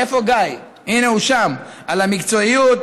על המקצועיות,